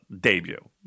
debut